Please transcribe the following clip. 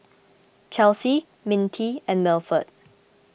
Chelsy Mintie and Milford